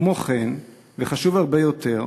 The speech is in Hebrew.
כמו כן, וחשוב הרבה יותר,